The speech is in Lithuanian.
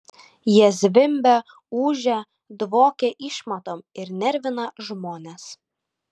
jie zvimbia ūžia dvokia išmatom ir nervina žmones